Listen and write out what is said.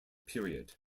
period